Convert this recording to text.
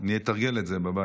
אני אתרגל את זה בבית.